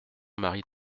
marie